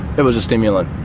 it was a stimulant,